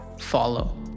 follow